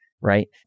Right